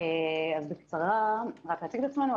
אז בקצרה רק להציג את עצמנו.